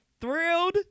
thrilled